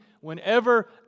whenever